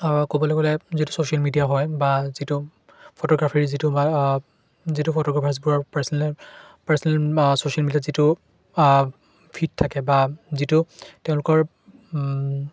ক'বলৈ গ'লে যিটো ছ'চিয়েল মিডিয়া হয় বা যিটো ফটোগ্ৰাফীৰ যিটো বা যিটো ফটোগ্ৰাফাৰ্ছবোৰৰ পাৰ্চনেল পাৰ্চনেল ছ'চিয়েল মিডিয়াত যিটো ফিড থাকে বা যিটো তেওঁলোকৰ